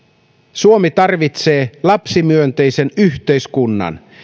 suomi tarvitsee lapsimyönteisen yhteiskunnan